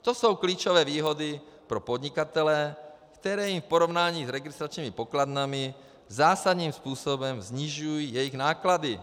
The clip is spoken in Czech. To jsou klíčové výhody pro podnikatele, které jim v porovnání s registračními pokladnami zásadním způsobem snižují jejich náklady.